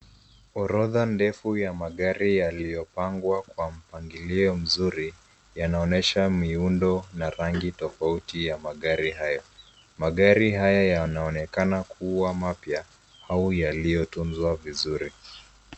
Orodha ndefu ya magari yaliyopangwa, kwa mpangilio mzuri, yanaonesha, miundo na rangi tofauti ya magari hayo. Magari haya yanaonekana kuwa mapya ,au yaliyotunzwa vizuri.